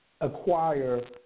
acquire